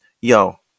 Yo